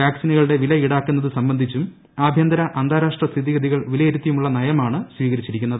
വാക്സിനുകളുടെ വില ഇൌടക്കുന്നത് സുബിന്ധിച്ചും ആഭ്യന്തര അന്താരാഷ്ട്ര സ്ഥിതിഗതികൾ പ്പിലയിരുത്തിയുമുള്ള നയമാണ് സ്വീകരിച്ചിരിക്കുന്നത്